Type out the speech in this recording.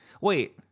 Wait